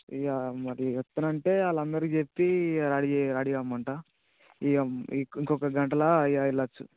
ఇక మరి వస్తానంటే వాళ్ళందరికీ చెప్పి రెడీ చే రెడీ కమ్మంటా ఇక ఇం ఇంకొక గంటలో ఇలా